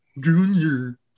Junior